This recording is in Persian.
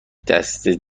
دسته